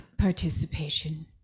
participation